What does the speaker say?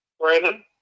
Brandon